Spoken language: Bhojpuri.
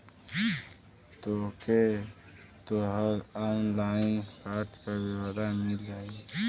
तोके तोहर ऑनलाइन कार्ड क ब्योरा मिल जाई